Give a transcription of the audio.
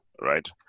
right